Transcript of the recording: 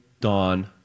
Dawn